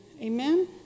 Amen